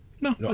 no